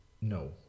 no